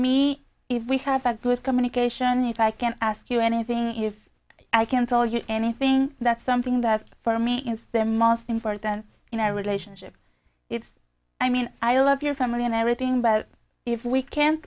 me if we have had good communication if i can ask you anything if i can tell you anything that's something that for me is the most important in our relationship it's i mean i love your family and i was being but if we can't